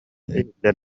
иһиллэр